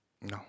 No